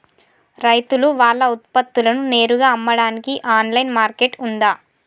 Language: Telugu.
రైతులు వాళ్ల ఉత్పత్తులను నేరుగా అమ్మడానికి ఆన్లైన్ మార్కెట్ ఉందా?